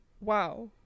Wow